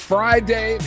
Friday